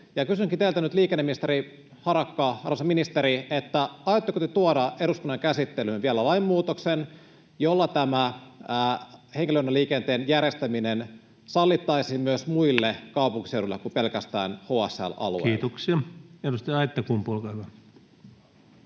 Kysynkin teiltä nyt, liikenneministeri Harakka: arvoisa ministeri, aiotteko te tuoda eduskunnan käsittelyyn vielä lainmuutoksen, jolla tämä henkilöjunaliikenteen järjestäminen sallittaisiin myös muille kaupunkiseuduille kuin pelkästään HSL-alueelle? [Speech 496] Speaker: Ensimmäinen